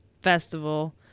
festival